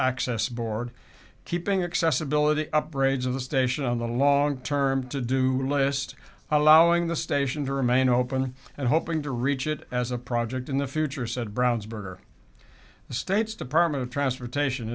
access board keeping accessibility upgrades of the station on the long term to do list allowing the station to remain open and hoping to reach it as a project in the future said brownsburg or the state's department of transportation